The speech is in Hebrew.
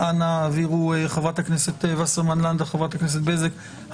חברות הכנסת וסרמן לנדה ובזק,